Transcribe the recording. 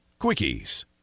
quickies